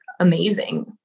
amazing